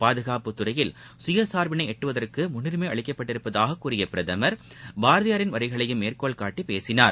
பாதுகாப்புத்துறையில் சுயசார்பிளை எட்டுவதற்கு முன்னுரினம அளிக்கப்பட்டிருப்பதாக கூறிய பிரதமர் பாரதியாரின் வரிகளையும் மேற்கோள்காட்டி பேசினார்